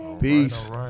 Peace